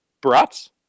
Brats